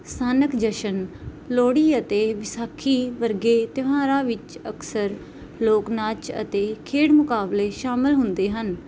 ਸਥਾਨਕ ਜਸ਼ਨ ਲੋਹੜੀ ਅਤੇ ਵਿਸਾਖੀ ਵਰਗੇ ਤਿਉਹਾਰਾਂ ਵਿੱਚ ਅਕਸਰ ਲੋਕ ਨਾਚ ਅਤੇ ਖੇਡ ਮੁਕਾਬਲੇ ਸ਼ਾਮਿਲ ਹੁੰਦੇ ਹਨ